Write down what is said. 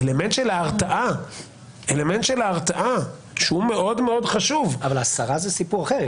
האלמנט של ההרתעה שהוא חשוב מאוד --- אבל הסרה זה סיפור אחר.